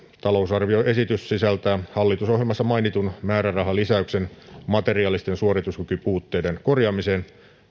talousarvioesitys sisältää hallitusohjelmassa mainitun määrärahalisäyksen materiaalisten suorituskykypuutteiden korjaamiseen